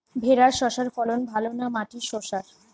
ভেরার শশার ফলন ভালো না মাটির শশার?